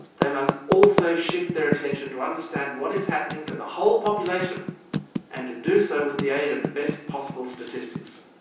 they must also shift their attention to understand what is happening to the whole population and to do so with the aid of the best possible statistics.